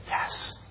yes